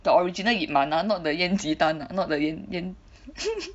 the original ip man ah not the yan ji dan not the yan yan